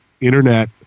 internet